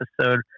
episode